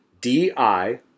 D-I